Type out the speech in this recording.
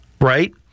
right